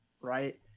right